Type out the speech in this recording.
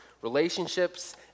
relationships